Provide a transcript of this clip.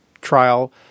trial